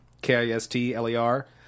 K-I-S-T-L-E-R